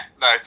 no